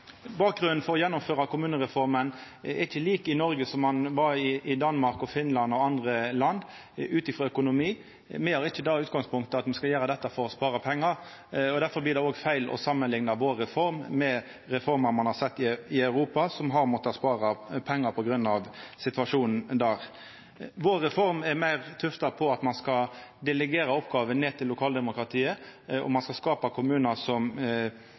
Bakgrunnen for å gjennomføra kommunereforma er ikkje lik i Noreg som han var i Danmark, Finland og andre land – ut frå økonomi. Me har ikkje det utgangspunktet at ein skal gjera dette for å spara pengar. Difor blir det òg feil å samanlikna vår reform med reformer ein har sett i Europa, som har mått spara pengar på grunn av situasjonen der. Vår reform er meir tufta på at ein skal delegera oppgåver ned til lokaldemokratiet, og at ein skal skapa kommunar som